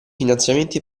finanziamenti